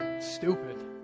stupid